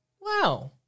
Wow